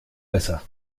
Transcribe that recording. besser